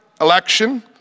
election